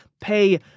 pay